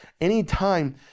Anytime